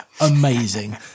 amazing